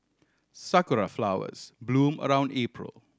sakura flowers bloom around April